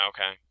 Okay